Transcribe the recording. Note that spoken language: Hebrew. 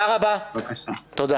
בבקשה.